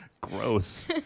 Gross